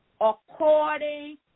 according